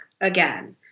again